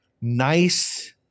nice